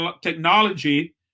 technology